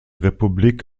republik